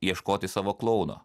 ieškoti savo klouno